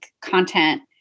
content